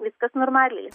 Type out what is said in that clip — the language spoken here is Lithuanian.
viskas normaliai